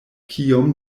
kiom